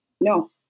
no